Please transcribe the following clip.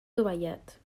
dovellat